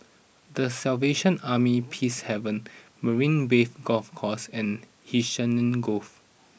The Salvation Army Peacehaven Marina Bay Golf Course and Hacienda Grove